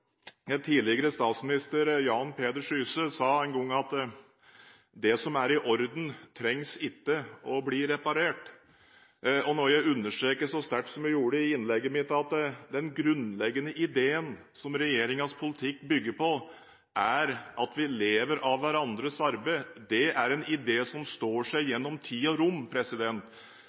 det som er i orden, skal ikke repareres. Når jeg understreker så sterkt som jeg gjorde i innlegget mitt at den grunnleggende ideen som regjeringens politikk bygger på, er at vi lever av hverandres arbeid, er det en idé som står seg gjennom tid og rom.